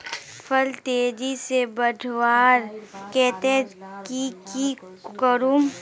फल तेजी से बढ़वार केते की की करूम?